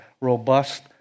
robust